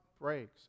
breaks